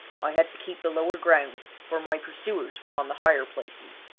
i had to keep the lower ground, for my pursuers were on the higher places.